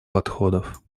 подходов